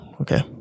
Okay